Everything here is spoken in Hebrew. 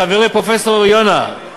חברי פרופסור יונה,